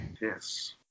Yes